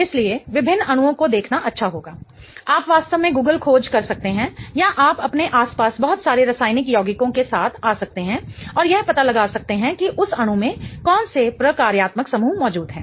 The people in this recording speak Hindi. इसलिए विभिन्न अणुओं को देखना अच्छा होगा आप वास्तव में गूगल खोज कर सकते हैं या आप अपने आस पास बहुत सारे रासायनिक यौगिकों के साथ आ सकते हैं और यह पता लगा सकते हैं कि उस अणु में कौन से प्रकार्यात्मक समूह मौजूद हैं